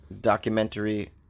documentary